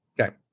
Okay